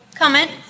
comment